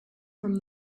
from